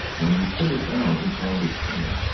when he put her down he found his tongue.